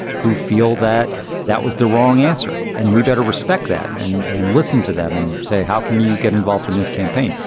who feel that that was the wrong answer. and we better respect that and and listen to them and say, how can you get involved in this campaign?